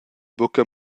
buca